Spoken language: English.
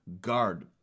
guard